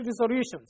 resolutions